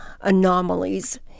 anomalies